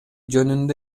жөнүндө